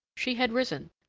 she had risen,